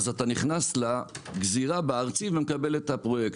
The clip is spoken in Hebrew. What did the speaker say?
אז אתה נכנס לזירה בארצי ומקבל את הפרויקט.